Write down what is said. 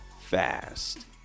fast